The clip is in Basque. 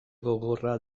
gogorra